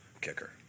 kicker